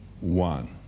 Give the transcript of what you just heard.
one